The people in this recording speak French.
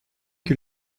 que